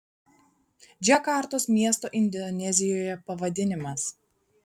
džakartos miesto indonezijoje pavadinimas